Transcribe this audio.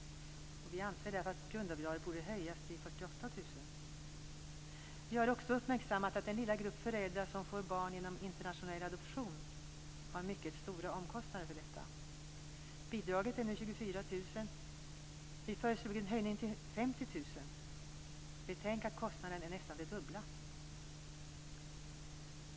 Vi anser därför att grundavdraget borde höjas till 48 000 kr. Vi har också uppmärksammat att den lilla grupp föräldrar som får barn genom internationell adoption har mycket stora omkostnader för detta. Bidraget är nu 24 000 kr, men vi föreslog en höjning till 50 000 kr, då kostnaden nästan är den dubbla.